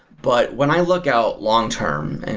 but when i look out long-term, and